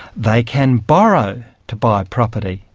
they can borrow to buy property,